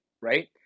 right